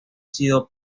sido